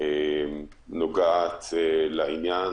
נוגעת לעניין